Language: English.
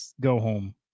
go-home